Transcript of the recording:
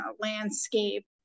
landscape